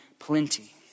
plenty